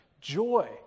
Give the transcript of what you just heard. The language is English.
joy